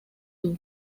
doo